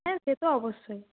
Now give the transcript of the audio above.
হ্যাঁ সে তো অবশ্যই